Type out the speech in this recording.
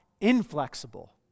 inflexible